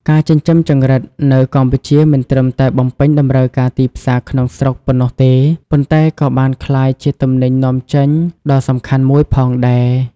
ការចិញ្ចឹមចង្រិតនៅកម្ពុជាមិនត្រឹមតែបំពេញតម្រូវការទីផ្សារក្នុងស្រុកប៉ុណ្ណោះទេ ប៉ុន្តែក៏បានក្លាយជាទំនិញនាំចេញដ៏សំខាន់មួយផងដែរ។